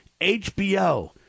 HBO